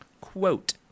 Quote